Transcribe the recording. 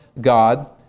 God